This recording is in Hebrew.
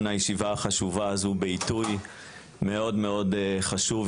הישיבה החשובה הזו בעיתוי מאוד מאוד חשוב,